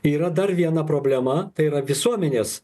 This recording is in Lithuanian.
yra dar viena problema tai yra visuomenės